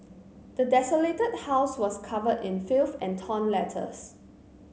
the desolated house was covered in filth and torn letters